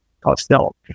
Costello